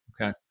okay